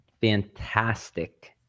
fantastic